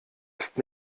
ist